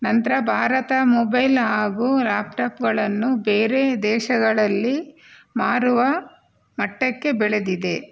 ನಂತರ ಭಾರತ ಮೊಬೈಲ್ ಹಾಗೂ ಲ್ಯಾಪ್ಟಾಪ್ಗಳನ್ನು ಬೇರೆ ದೇಶಗಳಲ್ಲಿ ಮಾರುವ ಮಟ್ಟಕ್ಕೆ ಬೆಳೆದಿದೆ